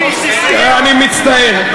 אני מצטער.